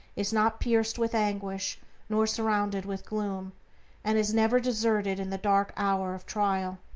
is not pierced with anguish nor surrounded with gloom and is never deserted in the dark hour of trial.